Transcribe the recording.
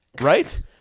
Right